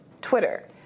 Twitter